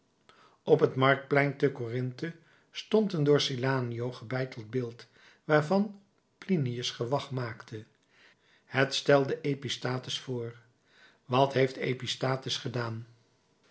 op het marktplein te corinthe stond een door silanio gebeiteld beeld waarvan plinius gewag maakt het stelde episthates voor wat heeft episthates gedaan